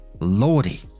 Lordy